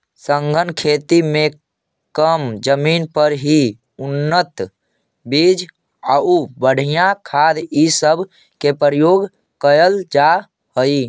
सघन खेती में कम जमीन पर ही उन्नत बीज आउ बढ़ियाँ खाद ई सब के उपयोग कयल जा हई